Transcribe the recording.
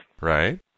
Right